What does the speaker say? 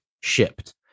shipped